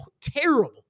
terrible